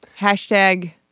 Hashtag